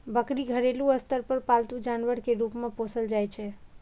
बकरी घरेलू स्तर पर पालतू जानवर के रूप मे पोसल जाइ छै